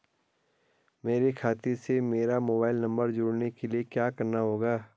मेरे खाते से मेरा मोबाइल नम्बर जोड़ने के लिये क्या करना होगा?